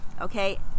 Okay